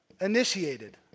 initiated